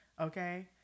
okay